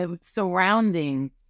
surroundings